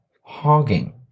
Hogging